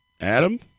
adam